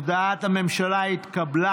הודעת הממשלה התקבלה,